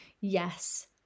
yes